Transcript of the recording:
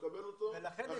יקבל אותו תוך מספר חודשים,